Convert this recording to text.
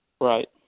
Right